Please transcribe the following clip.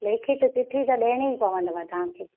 लेखित चिठी त ॾियणी पवंदव तव्हांखे